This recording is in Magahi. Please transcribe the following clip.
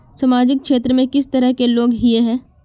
सामाजिक क्षेत्र में किस तरह के लोग हिये है?